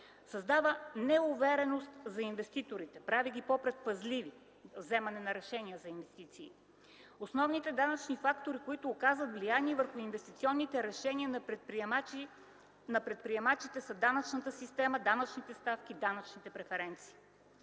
създава неувереност за инвеститорите, прави ги по-предпазливи във вземане на решения за инвестиции. Основните данъчни фактори, които оказват влияние върху инвестиционните решения на предприемачите, са данъчната система, данъчните ставки, данъчните преференции.